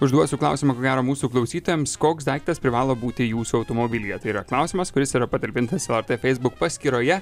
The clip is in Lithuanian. užduosiu klausimą ko gero mūsų klausytojams koks daiktas privalo būti jūsų automobilyje tai yra klausimas kuris yra patalpintas lrt facebook paskyroje